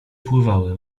pływały